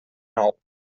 nou